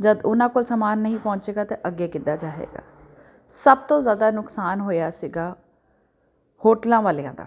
ਜਦੋਂ ਉਹਨਾਂ ਕੋਲ ਸਮਾਨ ਨਹੀਂ ਪਹੁੰਚੇਗਾ ਤਾਂ ਅੱਗੇ ਕਿੱਦਾਂ ਜਾਏਗਾ ਸਭ ਤੋਂ ਜ਼ਿਆਦਾ ਨੁਕਸਾਨ ਹੋਇਆ ਸੀਗਾ ਹੋਟਲਾਂ ਵਾਲਿਆ ਦਾ